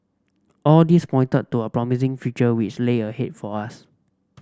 all this pointed to a promising future which lay ahead for us